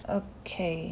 okay